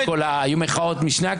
היא יכולה להתנשא בזמן הדיבור שלה.